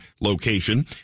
location